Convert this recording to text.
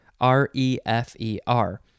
R-E-F-E-R